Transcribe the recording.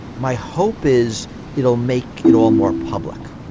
my hope is it will make it all more public.